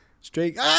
Straight